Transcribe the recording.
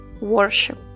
worship